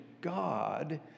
God